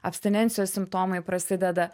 abstinencijos simptomai prasideda